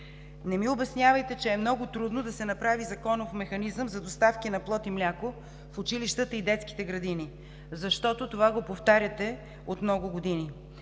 Не ми обяснявайте, че е много трудно да се направи законов механизъм за доставки на плод и мляко в училищата и детските градини, защото това го повтаряте от много години.